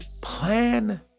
plan